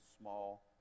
small